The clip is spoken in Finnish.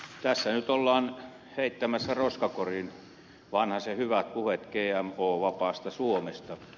tässä nyt ollaan heittämässä roskakoriin vanhasen hyvät puheet gmo vapaasta suomesta